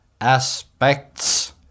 aspects